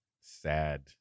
sad